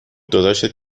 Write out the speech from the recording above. داداشت